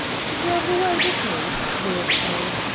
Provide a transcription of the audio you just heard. he drove away, did he? roared ford.